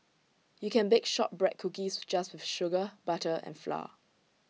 you can bake Shortbread Cookies just with sugar butter and flour